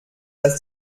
dass